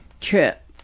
trip